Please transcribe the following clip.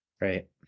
Right